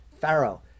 Pharaoh